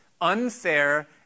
unfair